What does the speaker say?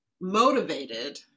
motivated